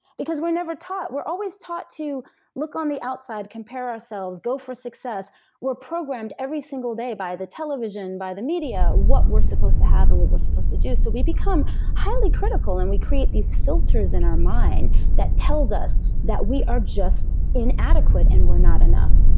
because we're never taught. we're always taught to look on the outside, compare ourselves, go for success we're programmed every single day by the television, by the media, what we're supposed to have and what we're supposed to do, so we become highly critical, and we create these filters in our mind that tells us that we are just inadequate and we're not enough.